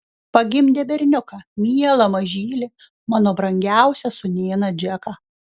pagimdė berniuką mielą mažylį mano brangiausią sūnėną džeką